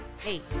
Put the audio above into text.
Hey